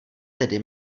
tedy